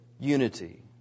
unity